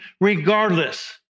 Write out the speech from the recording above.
regardless